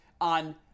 on